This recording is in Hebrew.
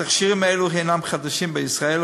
התכשירים האלה הם חדשים בישראל,